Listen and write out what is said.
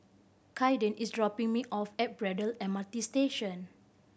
Kayden is dropping me off at Braddell M R T Station